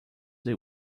they